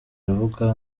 rubuga